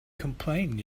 complain